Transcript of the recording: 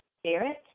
spirit